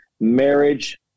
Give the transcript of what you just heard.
marriage